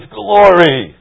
glory